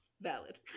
Valid